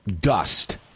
dust